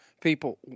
People